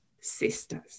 sisters